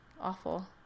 awful